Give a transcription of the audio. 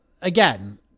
again